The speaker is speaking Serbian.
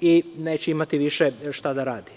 i neće imati više šta da rade.